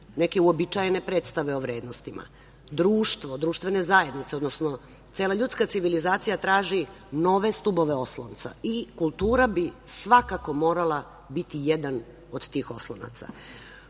neke uobičajene predstave o vrednostima. Društvo, društvene zajednice, odnosno cela ljudska civilizacija traži nove stubove oslonca i kultura bi svakako morala biti jedan od tih oslonaca. Kultura